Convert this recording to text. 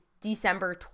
December